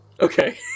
Okay